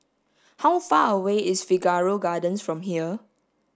how far away is Figaro Gardens from here